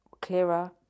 clearer